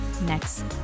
next